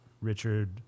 Richard